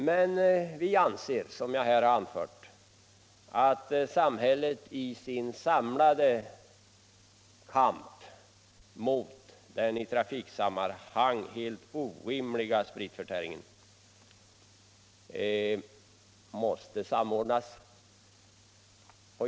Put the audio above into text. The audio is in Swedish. Men som jag här har anfört anser vi att samhällets kampinsatser mot den i trafiksammanhang helt orimliga spritförtäringen måste samordnas.